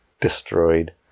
destroyed